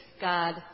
God